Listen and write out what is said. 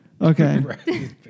Okay